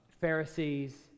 Pharisees